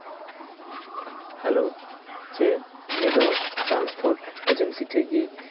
hello ᱪᱮᱫ ᱱᱤᱭᱟᱹ ᱫᱚ ᱴᱨᱟᱱᱥᱯᱳᱨᱴ ᱮᱡᱮᱱᱥᱤ ᱴᱷᱮᱱ ᱜᱮ